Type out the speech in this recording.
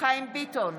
חיים ביטון,